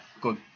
Good